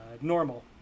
Normal